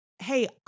Hey